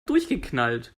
durchgeknallt